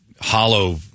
hollow